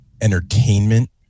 entertainment